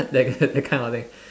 that that kind of thing